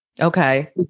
Okay